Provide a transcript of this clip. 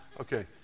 Okay